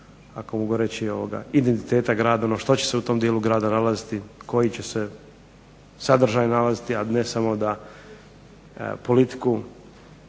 ako mogu reći identiteta grada, ono što će se u tom dijelu grada nalaziti, koji će se sadržaj nalaziti, a ne samo da politiku